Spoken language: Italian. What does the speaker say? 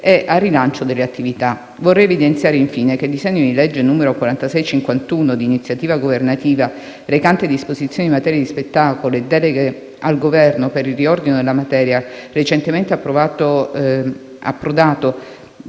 ed al rilancio delle attività. Vorrei evidenziare, infine, che il disegno di legge n. 4651, di iniziativa governativa, recante «Disposizioni in materia di spettacolo e deleghe al Governo per il riordino della materia», recentemente approvato